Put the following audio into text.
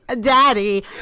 daddy